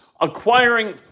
acquiring